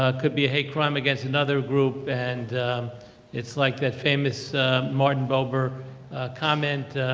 ah could be a hate crime againts another group and it's like that famous martin buber comment.